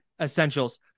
essentials